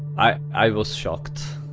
i i was shocked